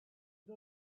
did